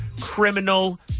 criminal